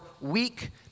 Weak